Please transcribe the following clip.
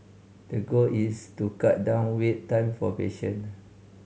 the goal is to cut down wait time for patient